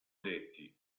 detti